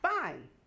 Fine